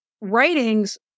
writings